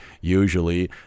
usually